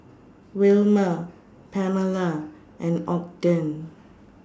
Wilmer Pamala and Ogden